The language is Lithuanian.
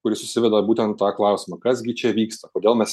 kur susiveda būtent tą klausimą kas gi čia vyksta kodėl mes